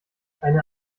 eine